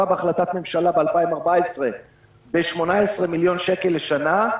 בהחלטת ממשלה ב-2014 ב-18 מיליון שקל לשנה,